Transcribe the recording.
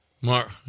Mark